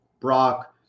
Brock